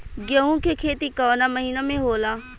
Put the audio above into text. गेहूँ के खेती कवना महीना में होला?